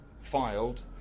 filed